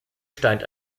stand